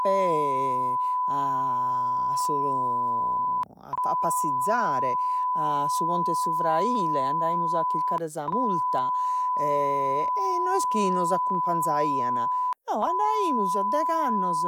E a a passizare, a su ponte 'e su fraile, andaimus a chircare sa multa e no est chi nos accumpanzaian, no andaimus a degh'annos,